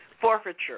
forfeiture